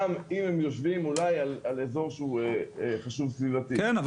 גם אם הם יושבים אולי על אזור שהוא חשוב סביבתית --- כן,